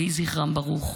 יהי זכרם ברוך.